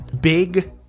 Big